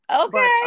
Okay